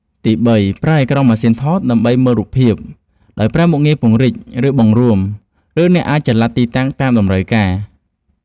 ទី3 ប្រើអេក្រង់ម៉ាស៊ីនថតដើម្បីមើលរូបភាព ដោយប្រើមុខងារពង្រីក ឬបង្រួម ឬអ្នកអាចចល័តទីតាំងតាមតម្រូវការ។